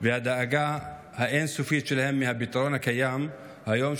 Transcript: והדאגה שלהם אין-סופית מהפתרון הקיים היום,